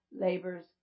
labors